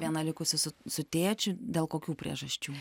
viena likusi su su tėčiu dėl kokių priežasčių